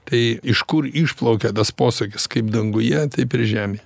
tai iš kur išplaukia tas posakis kaip danguje taip ir žemėje